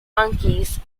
monkeys